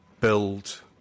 build